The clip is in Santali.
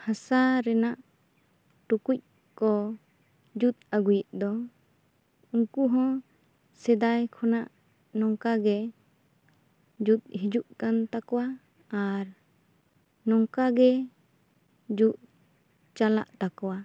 ᱦᱟᱥᱟ ᱨᱮᱱᱟᱜ ᱴᱩᱠᱩᱡ ᱠᱚ ᱡᱩᱛ ᱟᱹᱜᱩᱭᱮᱫ ᱫᱚ ᱩᱱᱠᱩ ᱦᱚᱸ ᱥᱮᱫᱟᱭ ᱠᱷᱚᱱᱟᱜ ᱱᱚᱝᱠᱟ ᱜᱮ ᱡᱩᱛ ᱦᱤᱡᱩᱜ ᱠᱟᱱ ᱛᱟᱠᱚᱭᱟ ᱟᱨ ᱱᱚᱝᱠᱟ ᱜᱮ ᱡᱩᱛ ᱪᱟᱞᱟᱜ ᱛᱟᱠᱚᱭᱟ